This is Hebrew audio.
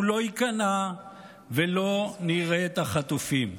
הוא לא ייכנע ולא נראה את החטופים.